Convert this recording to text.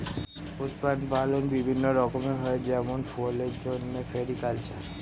উদ্যান পালন বিভিন্ন রকম হয় যেমন ফুলের জন্যে ফ্লোরিকালচার